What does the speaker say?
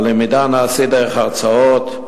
הלמידה נעשית דרך הרצאות,